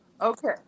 Okay